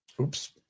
oops